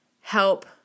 help